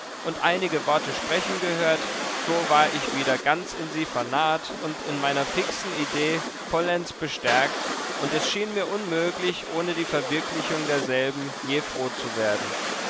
und einige worte sprechen gehört so war ich wieder ganz in sie vernarrt und in meiner fixen idee vollends bestärkt und es schien mir unmöglich ohne die verwirklichung derselben je frohzuwerden